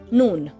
Noon